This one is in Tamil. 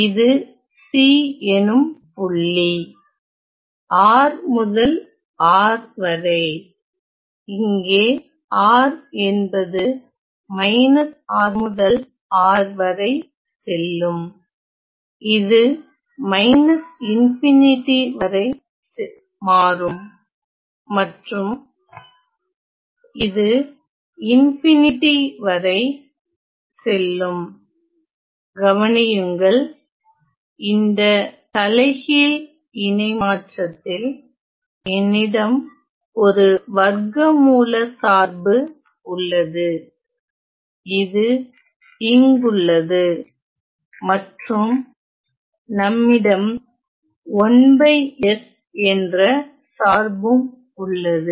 இது c எனும் புள்ளி R முதல் R வரை இங்கே R என்பது R முதல் R வரை செல்லும் இது ∞ வரை செல்லும் மற்றும் இது ∞ வரை செல்லும் கவனியுங்கள் இந்த தலைகீழ் இணைமாற்றத்தில் என்னிடம் ஒரு வர்க்கமூல சார்பு உள்ளது இது இங்குள்ளது மற்றும் நம்மிடம் என்ற சார்பும் உள்ளது